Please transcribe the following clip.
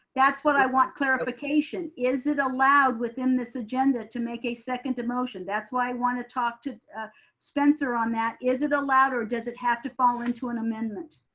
that's what i want clarification. is it allowed within this agenda to make a second to motion? that's why i want to talk to spencer on that. is it allowed or does it have to fall into an amendment?